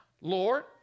Lord